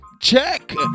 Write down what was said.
check